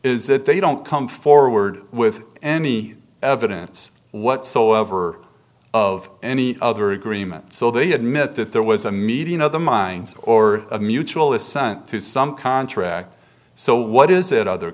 is that they don't come forward with any evidence whatsoever of any other agreement so they admit that there was a meeting of the minds or a mutual assent to some contract so what is it other